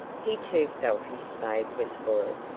he too felt his bathe was spoilt.